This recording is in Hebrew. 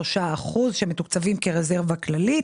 3% שמתוקצבים כרזרבה כללית,